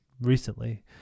recently